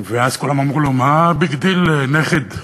ואז כולם אמרו לו: מה הביג דיל, נכד?